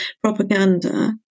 propaganda